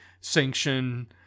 sanction